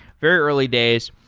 very early days.